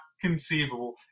conceivable